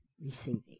receiving